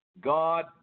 God